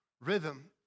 rhythm